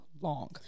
long